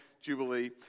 Jubilee